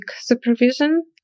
Supervision